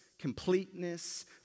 completeness